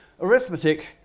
Arithmetic